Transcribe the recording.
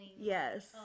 Yes